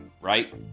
Right